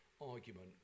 argument